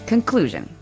Conclusion